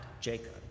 Jacob